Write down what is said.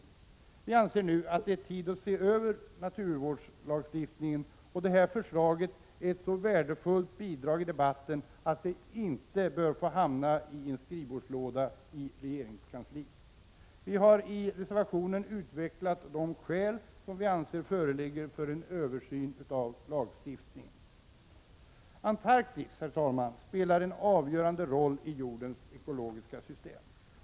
Vi anser att det är tid att se över naturvårdslagstiftningen, och Naturskyddsföreningens förslag är ett så värdefullt bidrag till debatten att det inte bör få hamna i en skrivbordslåda i regeringskansliet. I en reservation har vi utvecklat de skäl som vi anser föreligger för en översyn av lagstiftningen. Antarktis spelar en avgörande roll i jordens ekologiska system.